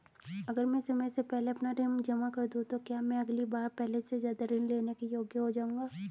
अगर मैं समय से पहले ऋण जमा कर दूं तो क्या मैं अगली बार पहले से ज़्यादा ऋण लेने के योग्य हो जाऊँगा?